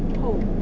厚